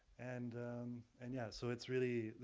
and and yeah, so it's really,